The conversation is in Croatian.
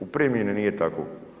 U primjeni nije tako.